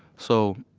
so,